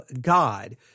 God